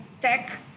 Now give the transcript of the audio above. tech